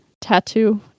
tattoo